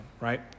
right